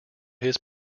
his